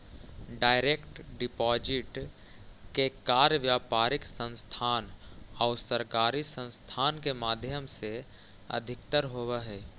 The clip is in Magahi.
डायरेक्ट डिपॉजिट के कार्य व्यापारिक संस्थान आउ सरकारी संस्थान के माध्यम से अधिकतर होवऽ हइ